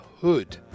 hood